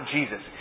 Jesus